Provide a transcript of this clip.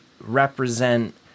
represent